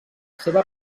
seva